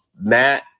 Matt